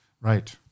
Right